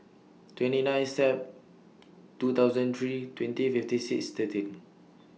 twenty nine Sep two thousand three twenty fifty six thirteen